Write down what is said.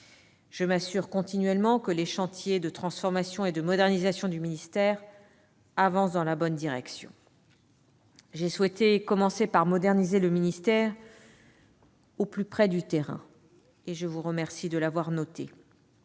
Je m'assure continuellement que les chantiers de transformation et de modernisation du ministère avancent dans la bonne direction. J'ai souhaité commencer par moderniser le ministère au plus près du terrain ; je vous remercie de l'avoir noté.